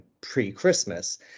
pre-Christmas